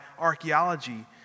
archaeology